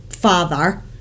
Father